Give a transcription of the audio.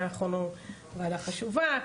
ואנחנו ועדה חשובה.